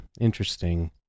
Interesting